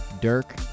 Dirk